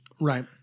Right